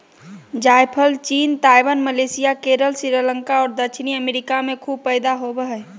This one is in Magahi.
जायफल चीन, ताइवान, मलेशिया, केरल, श्रीलंका और दक्षिणी अमेरिका में खूब पैदा होबो हइ